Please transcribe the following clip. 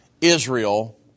Israel